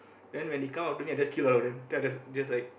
then when they come after me I just kill all of them then I just just like